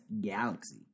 galaxy